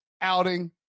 outing